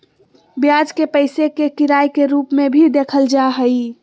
ब्याज के पैसे के किराए के रूप में भी देखल जा हइ